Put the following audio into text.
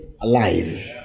alive